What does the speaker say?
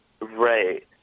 Right